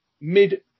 mid